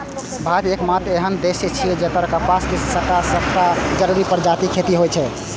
भारत एकमात्र एहन देश छियै, जतय कपासक सबटा चारू प्रजातिक खेती होइ छै